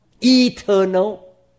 Eternal